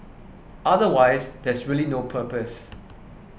otherwise there's really no purpose